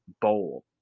bowl